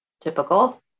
typical